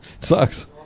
sucks